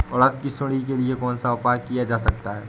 उड़द की सुंडी के लिए कौन सा उपाय किया जा सकता है?